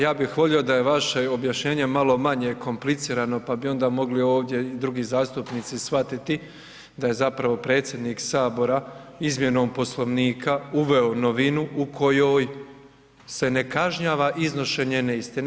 Ja bih volio da je vaše objašnjenje malo maje komplicirano pa bi onda mogli ovdje i drugi zastupnici shvatiti da je zapravo predsjednik Sabora izmjenom Poslovnika uveo novinu u kojoj se ne kažnjava iznošenje neistine.